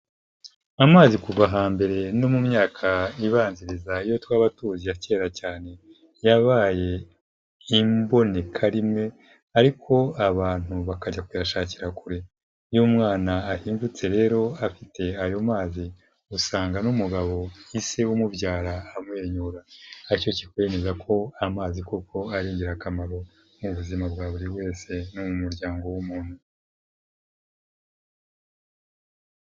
Amazi kuva hambere no mu myaka ibanziriza iyo twaba tuzi ya kera cyane yabaye imboneka rimwe, ariko abantu bakajya kuyashakira kure, iyo umwana ahindutse rero afite ayo mazi usanga n'umugabo ise umubyara amwenyura, aricyo kikwemeza ko amazi koko ari ingirakamaro, mu buzima bwa buri wese, no mu muryango w'umuntu.